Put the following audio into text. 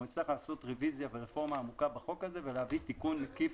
אנחנו נצטרך לעשות רוויזיה ורפורמה עמוקה בחוק הזה ולהביא תיקון מקיף.